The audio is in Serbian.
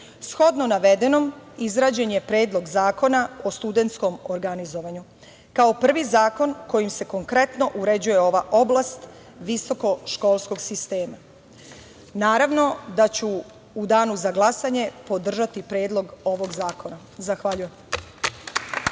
navedenom, izrađen je Predlog zakona o studentskom organizovanju, kao prvi zakon kojim se konkretno uređuje ova oblast visokoškolskog sistema. Naravno da ću u danu za glasanje podržati predlog ovog zakona. Zahvaljujem.